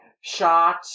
shot